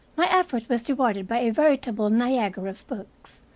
my effort was rewarded by a veritable niagara of books.